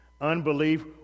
Unbelief